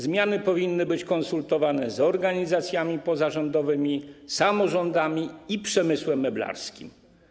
Zmiany powinny być konsultowane z organizacjami pozarządowymi, samorządami i przemysłem meblarskim.